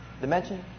dimension